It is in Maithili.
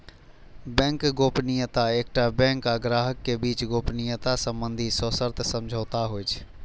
बैंक गोपनीयता एकटा बैंक आ ग्राहक के बीच गोपनीयता संबंधी सशर्त समझौता होइ छै